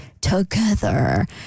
together